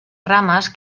ramas